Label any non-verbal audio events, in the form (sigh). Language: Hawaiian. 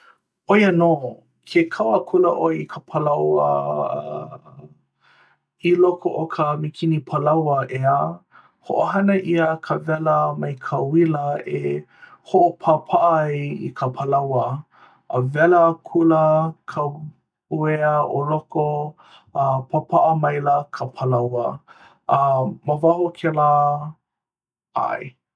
(noise) ʻoia nō. ke kau akula ʻoe i ka palaoa (hesitation) a i loko o ka mikini palaoa, ʻeā? (noise) hoʻohana ʻia ka wela mai ka ʻuila e hoʻopāpaʻa ai i ka palaoa. a wela akula ka ʻuea o loko (noise) a pāpaʻa maila ka palaoa. (laughs) (noise) A ma waho o kēlā ʻae.